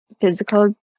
physical